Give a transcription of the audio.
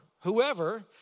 Whoever